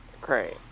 Great